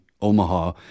Omaha